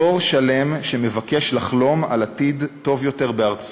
דור שלם שמבקש לחלום על עתיד טוב יותר בארצו,